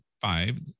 five